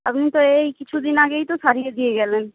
আপনি তো এই কিছু দিন আগেই তো সারিয়ে দিয়ে গেলেন